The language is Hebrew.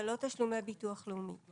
ולא תשלומי ביטוח לאומי.